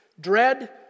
Dread